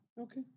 okay